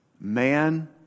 man